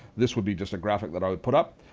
this would be just a graphic that i would put up,